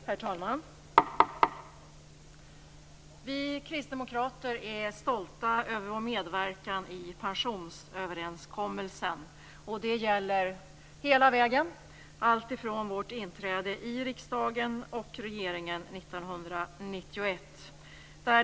Herr talman! Vi kristdemokrater är stolta över vår medverkan i pensionsöverenskommelsen. Det gäller hela vägen, alltifrån vårt inträde i riksdagen och regeringen 1991.